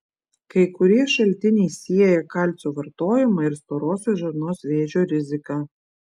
kai kurie šaltiniai sieja kalcio vartojimą ir storosios žarnos vėžio riziką